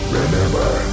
remember